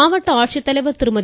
மாவட்ட ஆட்சித்தலைவர் திருமதி